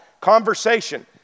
Conversation